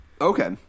okay